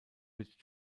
wird